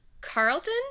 Carlton